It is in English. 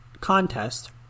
contest